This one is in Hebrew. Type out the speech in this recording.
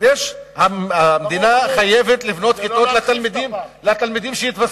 המדינה חייבת לבנות כיתות לתלמידים שיתווספו,